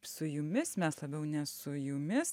su jumis mes labiau ne su jumis